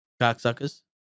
Cocksuckers